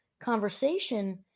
conversation